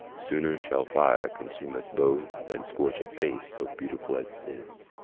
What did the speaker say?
sooner shall fire consume us both than scorch a face so beautiful as this,